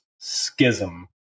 schism